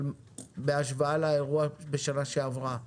אבל בהשוואה לאירוע בשנה שעברה,